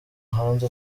hanze